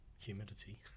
Humidity